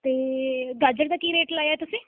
ਅਤੇ ਗਾਜਰ ਦਾ ਕੀ ਰੇਟ ਲਾਇਆ ਤੁਸੀਂ